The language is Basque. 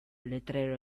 letrero